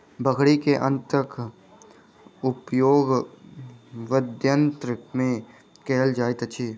बकरी के आंतक उपयोग वाद्ययंत्र मे कयल जाइत अछि